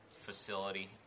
facility